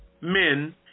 men